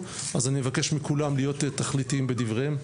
אז אני מבקש מכולם להיות תכליתיים בדבריהם.